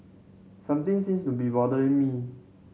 something seems to be bothering me